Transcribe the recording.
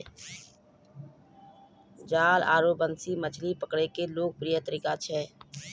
जाल आरो बंसी मछली पकड़ै के लोकप्रिय तरीका छै